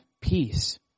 peace